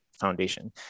foundation